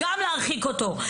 גם להרחיק אותו.